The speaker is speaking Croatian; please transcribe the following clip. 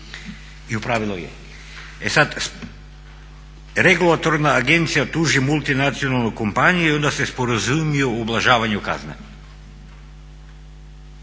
i u pravilu je. E sad, regulatorna agencija tuži multinacionalnu kompaniju i onda se sporazumiju u ublažavanju kazne.